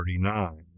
39